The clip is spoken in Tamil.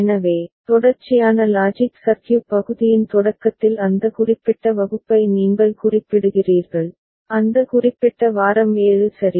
எனவே தொடர்ச்சியான லாஜிக் சர்க்யூட் பகுதியின் தொடக்கத்தில் அந்த குறிப்பிட்ட வகுப்பை நீங்கள் குறிப்பிடுகிறீர்கள் அந்த குறிப்பிட்ட வாரம் 7 சரி